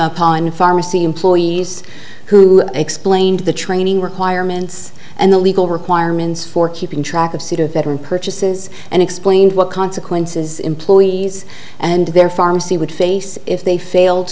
upon a pharmacy employees who explained the training requirements and the legal requirements for keeping track of pseudoephedrine purchases and explained what consequences employees and their pharmacy would face if they failed